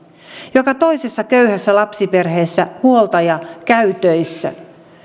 joka toisessa köyhässä lapsiperheessä huoltaja käy töissä